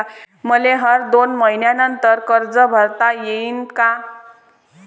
मले हर दोन मयीन्यानंतर कर्ज भरता येईन का?